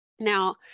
Now